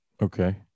Okay